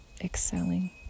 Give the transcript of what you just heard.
excelling